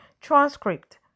transcript